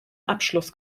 abschluss